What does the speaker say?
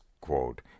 quote